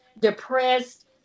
depressed